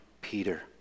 Peter